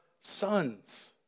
sons